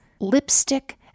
Lipstick